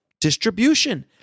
distribution